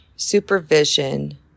Supervision